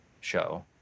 show